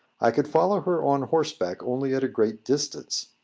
i could follow her on horseback only at a great distance.